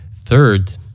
Third